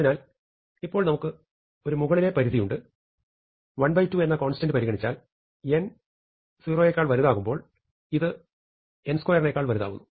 അതിനാൽ ഇപ്പോൾ നമുക്ക് ഒരു മുകളിലെ പരിധി ഉണ്ട് 12 എന്ന കോൺസ്റ്റന്റ് പരിഗണിച്ചാൽ n0 ആകുമ്പോൾ ഇത് n2 നേക്കാൾ വലുതാവുന്നു